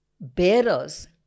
bearers